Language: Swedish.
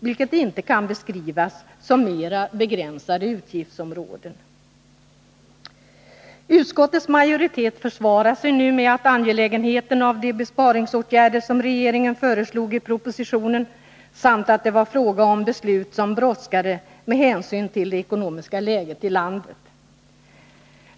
Vad det här gäller kan inte beskrivas som mera begränsade utgiftsområden. Utskottets majoritet försvarar sig nu med angelägenheten av de besparingsåtgärder som regeringen föreslog i propositionen samt menar att det var fråga om beslut som brådskade med hänsyn till det ekonomiska läget i landet.